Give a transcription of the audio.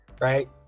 right